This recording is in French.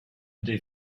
des